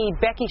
Becky